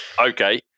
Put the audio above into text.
okay